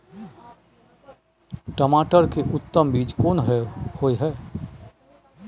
टमाटर के उत्तम बीज कोन होय है?